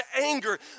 anger